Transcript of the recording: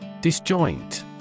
Disjoint